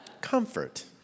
comfort